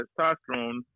testosterone